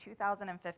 2015